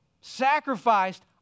sacrificed